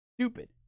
stupid